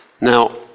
Now